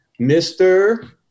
Mr